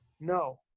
No